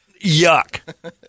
Yuck